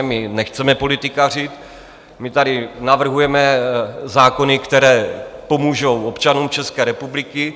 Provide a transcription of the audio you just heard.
My nechceme politikařit, my tady navrhujeme zákony, které pomůžou občanům České republiky.